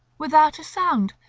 without a sound,